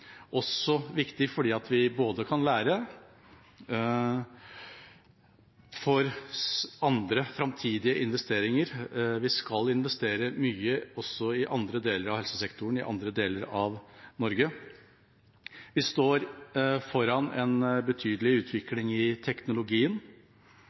viktig også fordi vi kan lære for andre, framtidige investeringer. Vi skal investere mye også i andre deler av helsesektoren i andre deler av Norge. Vi står foran en betydelig